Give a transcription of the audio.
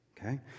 okay